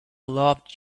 loved